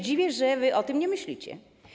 Dziwię się, że wy o tym nie myślicie.